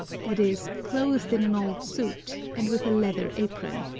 that is, clothed in an old suit, and with a leather apron,